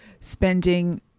spending